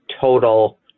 total